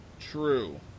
True